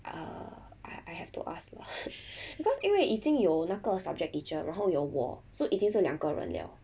err I I have to ask lah because 因为已经有那个 subject teacher 然后有我 so 已经是两个人 liao